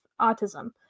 autism